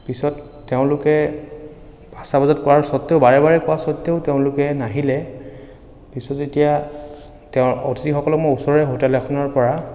পিছত তেওঁলোকে পাঁচটা বজাত কোৱাৰ স্বত্তেও বাৰে বাৰে কোৱাৰ স্বত্তেও তেওঁলোকে নাহিলে পিছত যেতিয়া তেওঁৰ অতিথিসকলক মই ওচৰৰে হোটেল এখনৰ পৰা